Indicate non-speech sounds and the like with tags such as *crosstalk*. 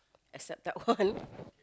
expect that one *laughs*